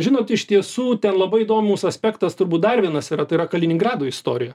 žinot iš tiesų ten labai įdomus aspektas turbūt dar vienas yra tai yra kaliningrado istorija